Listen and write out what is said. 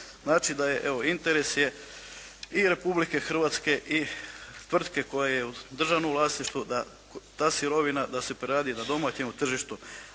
Znači da je, evo interes je i Republike Hrvatske i tvrtke koja je u državnom vlasništvu da ta sirovina da se preradi na domaćem tržištu